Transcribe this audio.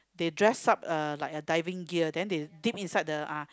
they dress up uh like a diving gear then they dip inside the ah